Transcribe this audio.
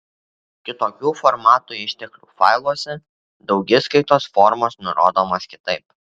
kitokių formatų išteklių failuose daugiskaitos formos nurodomos kitaip